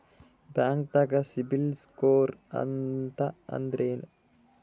ಬ್ಯಾಂಕ್ದಾಗ CIBIL score ಅಂತ ಅಂದ್ರೆ ಏನ್ರೀ?